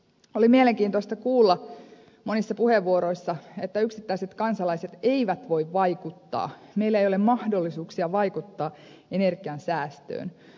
oli mielenkiintoista kuulla monissa puheenvuoroissa että yksittäiset kansalaiset eivät voi vaikuttaa meillä ei ole mahdollisuuksia vaikuttaa energiansäästöön